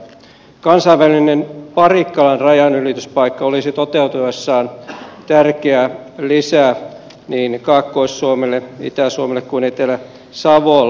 kansainvälinen parikkalan rajanylityspaikka olisi toteutuessaan tärkeä lisä niin kaakkois suomelle itä suomelle kuin etelä savolle